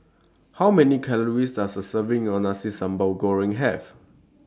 How Many Calories Does A Serving of Nasi Sambal Goreng Have